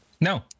no